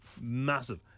massive